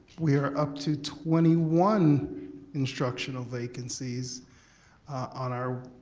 we are up to twenty one instructional vacancies on our